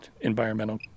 environmental